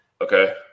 Okay